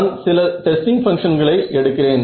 நான் சில டெஸ்டிங் பங்க்ஷன்களை எடுக்கிறேன்